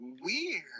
weird